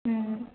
ம்